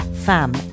FAM